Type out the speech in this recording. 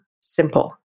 simple